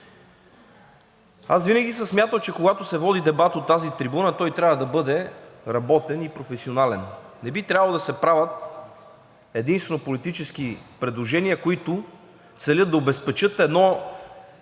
Аз винаги съм смятал, че когато се води дебат от тази трибуна, той трябва да бъде работен и професионален. Не би трябвало да се правят единствено политически предложения, които целят да обезпечат едно